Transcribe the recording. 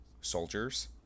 soldiers